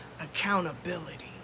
accountability